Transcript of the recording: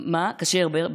זה כשר, אני מקווה.